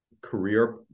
career